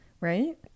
Right